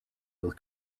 will